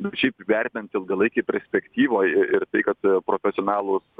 nu šiaip vertinant ilgalaikėj perspektyvoj ir tai kad profesionalūs